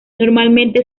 normalmente